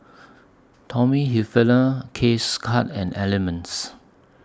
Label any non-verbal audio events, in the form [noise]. Tommy Hilfiger K [unintelligible] Cuts and Element